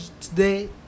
today